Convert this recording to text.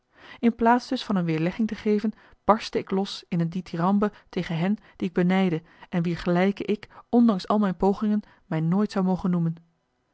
in plaats dus van een weerlegging te geven barstte ik los in een dithyrambe tegen hen die ik benijdde en wier gelijke ik ondanks al mijn pogingen mij nooit zou mogen noemen